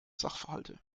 sachverhalte